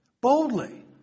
Boldly